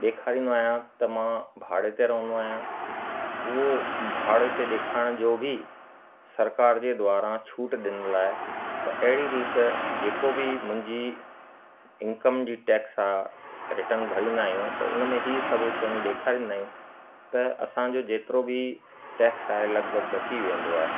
ॾेखारींदो आहियां त मां भाड़े ते रहंदो आहियां उहो भाड़े ते ॾेखारण जो बि सरकार जे द्वारा छूट ॾिनल आहे त अहिड़ी रीति जेको बि मुंहिंजी इंकम जी टैक्स आहे रिटर्न भरींदा आहियूं त उन में ई सभु शयूं ॾेखारींदा आहियूं त असांजो जेतिरो बि टैक्स आहे लॻिभॻि बची वेंदो आहे